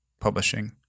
publishing